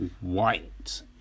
White